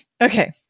Okay